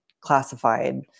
classified